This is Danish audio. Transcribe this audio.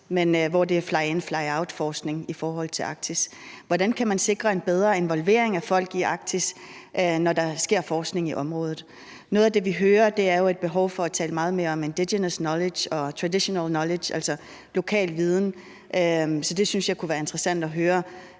men hvor det er flyin-flyout-forskning i forhold til Arktis. Hvordan kan man sikre en bedre involvering af folk i Arktis, når der sker forskning i området? Noget af det, vi hører om, er jo et behov for at tale meget mere om indigenous knowledge og traditional knowledge, altså lokal viden. Så jeg synes, det kunne være interessant at høre